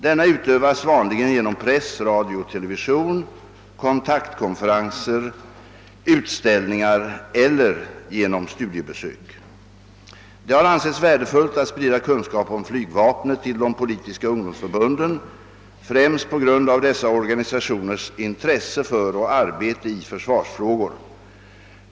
Denna utövas vanligen genom press, radio och television, kontaktkonferenser, utställningar eller genom studiebesök. Det har ansetts värdefullt att sprida kunskap om flygvapnet till de politiska ungdomsförbunden främst på grund av dessa organisationers intresse för och arbete i försvarsfrågor.